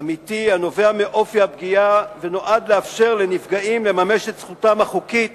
אמיתי הנובע מאופי הפגיעה ונועד לאפשר לנפגעים לממש את זכותם החוקית